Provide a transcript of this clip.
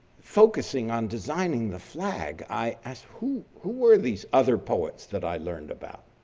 focusing on designing the flag. i asked, who who were these other poets that i learned about?